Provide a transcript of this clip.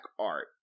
art